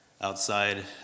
outside